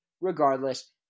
Regardless